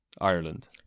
Ireland